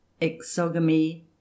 Exogamy